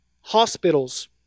hospitals